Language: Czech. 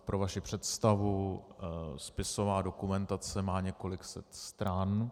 Pro vaši představu, spisová dokumentace má několik set stran.